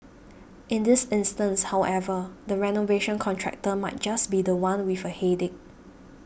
in this instance however the renovation contractor might just be the one with a headache